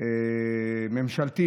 ממשלתי